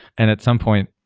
and at some point,